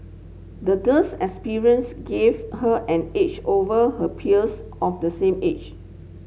the girl's experience gave her an edge over her peers of the same age